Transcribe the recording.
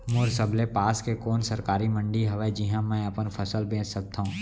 मोर सबले पास के कोन सरकारी मंडी हावे जिहां मैं अपन फसल बेच सकथव?